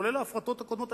כולל ההפרטות הקודמות,